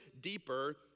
deeper